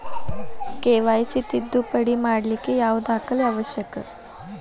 KYC ತಿದ್ದುಪಡಿ ಮಾಡ್ಲಿಕ್ಕೆ ಯಾವ ದಾಖಲೆ ಅವಶ್ಯಕ?